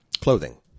clothing